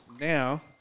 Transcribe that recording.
now